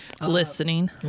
Listening